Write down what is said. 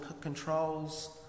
controls